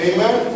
Amen